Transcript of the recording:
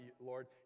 Lord